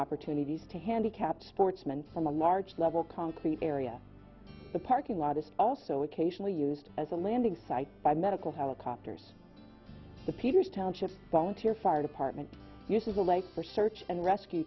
opportunities to handicap sportsmen from a large level concrete area the parking lot is also occasionally used as a landing site by medical helicopters the peters township volunteer fire department uses a lake for search and rescue